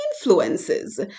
influences